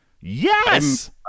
Yes